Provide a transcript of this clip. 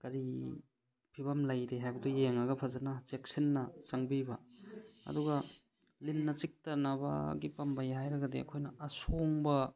ꯀꯔꯤ ꯐꯤꯕꯝ ꯂꯩꯔꯦ ꯍꯥꯏꯕꯗꯨ ꯌꯦꯡꯉꯒ ꯐꯖꯅ ꯆꯦꯛꯁꯤꯟꯅ ꯆꯪꯕꯤꯕ ꯑꯗꯨꯒ ꯂꯤꯟꯅ ꯆꯤꯛꯇꯅꯕꯒꯤ ꯄꯥꯝꯕꯩ ꯍꯥꯏꯔꯒꯗꯤ ꯑꯩꯈꯣꯏꯅ ꯑꯁꯣꯡꯕ